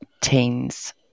teens